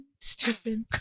stupid